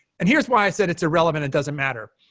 and here's why i said it's irrelevant. it doesn't matter.